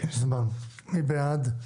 מי בעד?